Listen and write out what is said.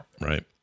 Right